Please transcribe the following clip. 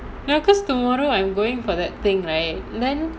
no because tomorrow I'm going for that thing right then